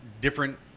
different